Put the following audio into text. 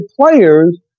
players